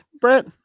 Brett